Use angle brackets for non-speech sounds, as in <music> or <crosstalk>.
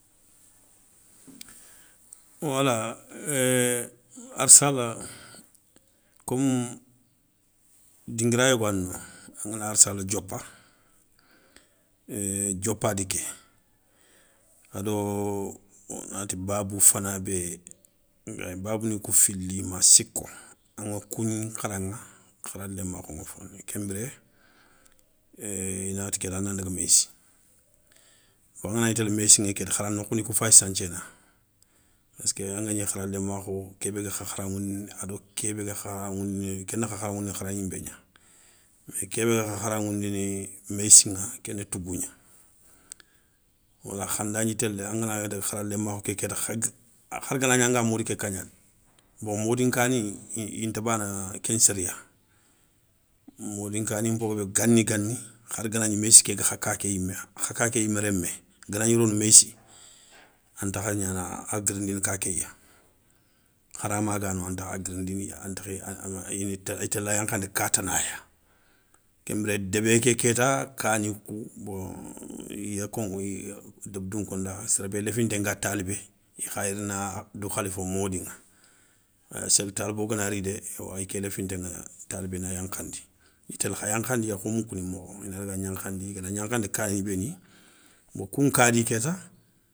Wala <hesitation> arsala komou dinguira yogani no, angana arssala diopa, éé diopadi ké, ado wonati babou fana bé, babou ni kou fili ma siko aŋa kou nkharaŋa khara lémakhou ŋa foné. kenbiré ééé i na ti kéta a nan daga méyssi, bon angan gni télé meyssi ŋa kéta, khara nokhouni kou fay santhiéna. Paské angagni khara lémakhou kébé ga kha kharaŋoundini ado, kéna kha kharaŋoundini khara gninbé gna. Mais kéba kha kharaŋoundini méyssi ŋa kéna tougou gna. wala kha ndagni télé angana daga kharalémakhou ké kéta hara gana gna nga modi ké ka gna dé bon modi nkani inta bana ken séria, modi nkani npo guébé gani gani har ganagni moyissi ké ga kha kaké yima, kha kaké yimé rémmé ganagni rono meyssi, antakha gnana a girindini kakéya. Hara ma gano anta a girindini i téla yankhandi ka tanaya, ken biré débé ké kéta kani kou bon i ya koŋo, débé dounko nda séré bé léfinté nga talibé i kha yi rina dou khalifa modyŋa séli talibo gana ri dé awa i ké léfinté ŋa talibé na yankhandi, i télé kha yankhandiya kho moukouni mokho, i na daga gnankhandi, i gana gnakhandi kani béni, bon kou nkani kéta.